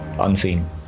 unseen